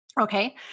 Okay